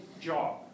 job